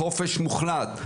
חופש מוחלט,